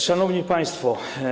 Szanowni Państwo!